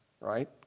right